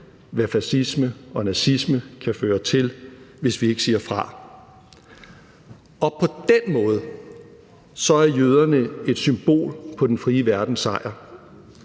hvad fascisme og nazisme kan føre til, hvis vi ikke siger fra. På den måde er jøderne et symbol på den frie verdens sejr.